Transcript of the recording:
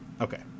Okay